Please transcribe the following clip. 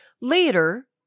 Later